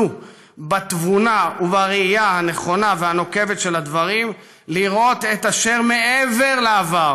בתבונה ובראייה הנכונה והנוקבת של הדברים לראות את אשר מעבר לעבר,